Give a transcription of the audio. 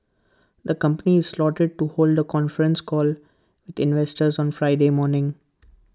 the company is slated to hold A conference call investors on Friday morning